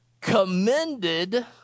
commended